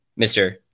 Mr